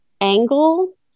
angle